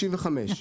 65?